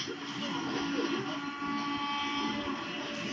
इ औधोगिक अउरी जलवायु परिवर्तन के मुकाबले ज्यादा नुकसान पहुँचावे ला